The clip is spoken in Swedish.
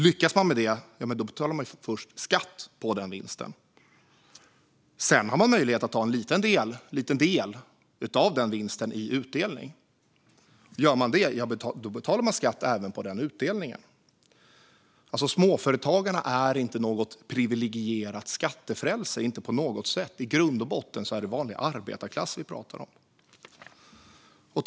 Lyckas man med det betalar man först skatt på den vinsten. Sedan har man möjlighet att ta en liten del av den vinsten i utdelning. Gör man det betalar man skatt även på den utdelningen. Småföretagarna är inte på något sätt ett priviligierat skattefrälse. I grund och botten är det vanlig arbetarklass vi pratar om.